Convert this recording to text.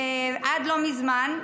עד לא מזמן,